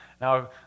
now